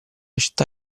città